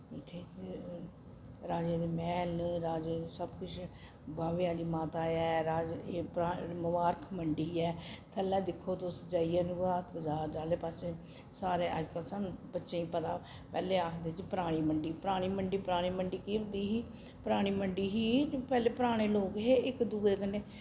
इत्थें राजें दे मैह्ल न राजें दे सब किश बावे आह्ली माता ऐ राज ए परा मुबारख मंडी ऐ थल्लै दिक्खो तुस जाइयै रघुनाथ बजार आह्ले पास्सै सारे अज्जकल सानू बच्चें गी पता पैह्लें आखदे जी परानी मंडी परानी मंडी परानी मंडी केह् होंदी ही परानी मंडी ही पैह्लें पराने लोक हे इक दुए कन्नै